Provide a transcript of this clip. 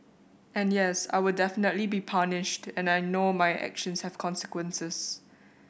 and yes I will definitely be punished and I know my actions have consequences